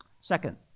Second